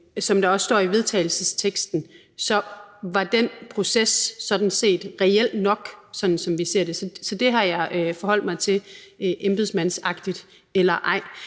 Som der også står i vedtagelsesteksten, var den proces sådan set reel nok, sådan som vi ser det. Så det har jeg forholdt mig til – embedsmandsagtigt eller ej.